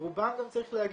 ורובם גם צריך להגיד,